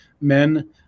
men